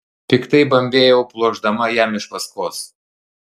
piktai bambėjau pluošdama jam iš paskos